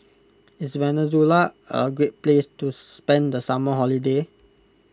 is Venezuela a great place to spend the summer holiday